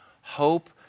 hope